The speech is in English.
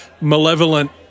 malevolent